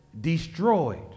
destroyed